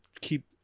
keep